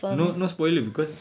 no no spoiler because